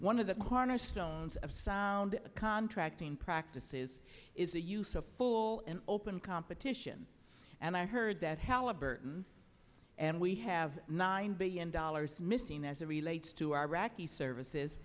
one of the cornerstones of sound contracting practices is the use of full and open competition and i heard that halliburton and we have nine billion dollars missing as a relates to iraqi services